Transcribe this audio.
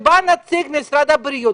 כשבא נציג משרד הבריאות,